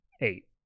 eight